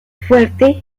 fuerte